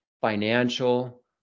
financial